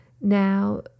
Now